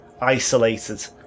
isolated